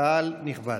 קהל נכבד,